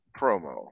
promo